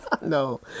No